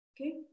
Okay